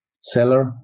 seller